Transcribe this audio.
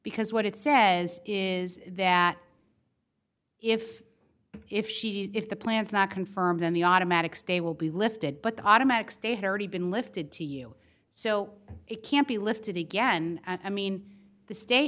because what it says is that if if she's if the plants not confirmed then the automatic stay will be lifted but the automatic state already been lifted to you so it can't be lifted again i mean the sta